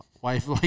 wife